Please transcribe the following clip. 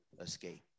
escape